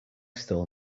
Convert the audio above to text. still